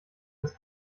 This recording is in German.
des